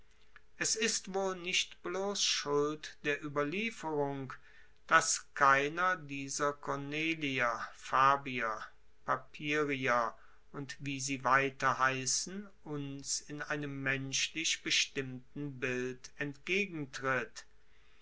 es ist wohl nicht bloss schuld der ueberlieferung dass keiner dieser cornelier fabier papirier und wie sie weiter heissen uns in einem menschlich bestimmten bild entgegentritt